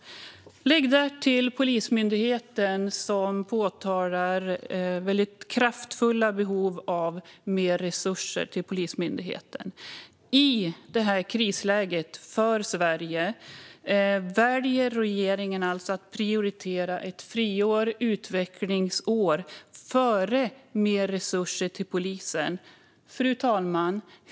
Lägg därtill att Polismyndigheten framför ett kraftigt behov av mer resurser. I detta krisläge för Sverige väljer regeringen alltså att prioritera ett friår eller utvecklingsår framför mer resurser till polisen. Fru talman!